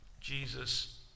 Jesus